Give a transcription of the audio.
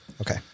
Okay